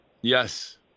Yes